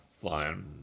flying